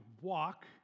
walk